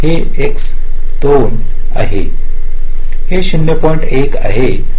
2 आहे हे x 2 आहे हे 0